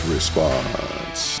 Response